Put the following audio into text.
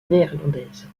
néerlandaises